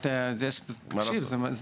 תקשיב,